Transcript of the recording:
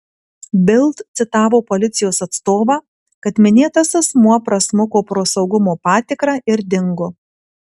bild citavo policijos atstovą kad minėtas asmuo prasmuko pro saugumo patikrą ir dingo